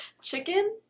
Chicken